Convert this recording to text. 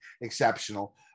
exceptional